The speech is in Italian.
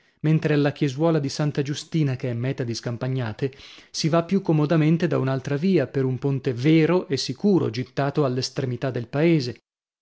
mentre alla chiesuola di santa giustina che è meta di scampagnate si va più comodamente da un'altra via per un ponte vero e sicuro gittato all'estremità del paese